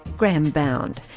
graham bound,